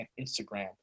Instagram